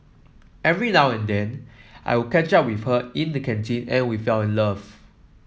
every now and then I would catch up with her in the canteen and we fell in love